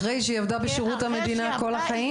אחרי שהיא עבדה בשירות המדינה במשך כל החיים?